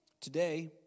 Today